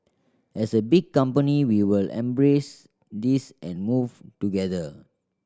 as a big company we will embrace this and move together